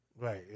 Right